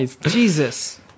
Jesus